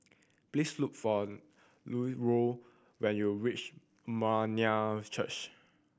please look for Lucero when you reach Church